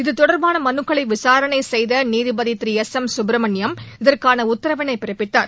இதுதொடர்பான மனுக்களை விசாரணை செய்த நீதிபதி திரு எஸ் எம் சுப்ரமணியம் இதற்கான உத்தரவினை பிறப்பித்தார்